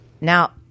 Now